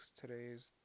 Today's